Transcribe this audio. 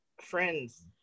friends